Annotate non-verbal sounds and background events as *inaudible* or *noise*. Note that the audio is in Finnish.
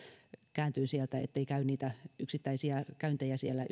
kääntyvät sieltä yksityiseltä puolelta eivätkä käy niitä yksittäisiä käyntejä siellä *unintelligible*